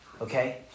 Okay